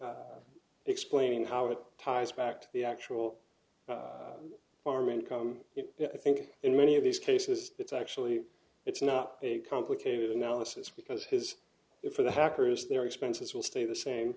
explaining how it ties back to the actual farm income i think in many of these cases it's actually it's not a complicated analysis because his if for the hackers there are expenses will stay the same